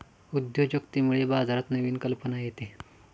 उद्योजकतेमुळे बाजारात नवीन कल्पना येते